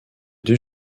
deux